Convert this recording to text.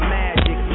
magic